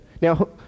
Now